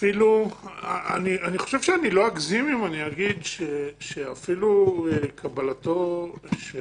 שאני לא אגזים אם אגיד שאפילו קבלתו של